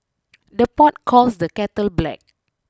the pot calls the kettle black